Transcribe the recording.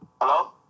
Hello